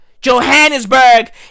Johannesburg